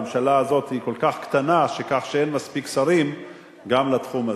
הממשלה הזו היא כל כך קטנה כך שאין מספיק שרים גם לתחום הזה,